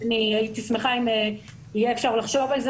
והייתי שמחה אם אפשר יהיה לחשוב על זה